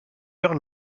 vers